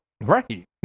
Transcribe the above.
Right